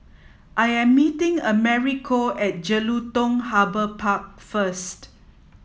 I am meeting Americo at Jelutung Harbour Park first